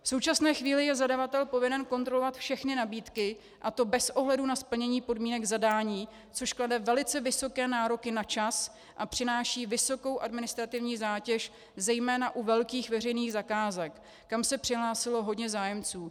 V současné chvíli je zadavatel povinen kontrolovat všechny nabídky, a to bez ohledu na splnění podmínek zadání, což klade velice vysoké nároky na čas a přináší vysokou administrativní zátěž zejména u velkých veřejných zakázek, kam se přihlásilo hodně zájemců.